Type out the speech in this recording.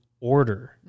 order